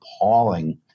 appalling